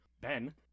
Ben